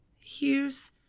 Hughes